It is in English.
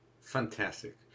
Fantastic